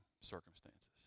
circumstances